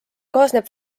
kaasneb